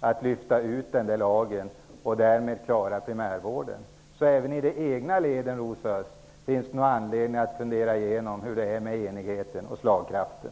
att den lagen skall lyftas ut för att därmed klara primärvården. Även i de egna leden, Rosa Östh, finns det nog anledning att fundera över hur det är ställt med enigheten och slagkraften.